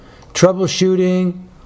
troubleshooting